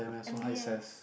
M_B_S